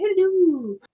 Hello